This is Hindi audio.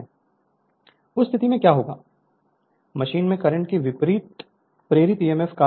Refer Slide Time 3432 उस स्थिति में क्या होगा मशीन में करंट के विपरीत प्रेरित ईएमएफ कार्य करता है और लागू वोल्टेज के लिए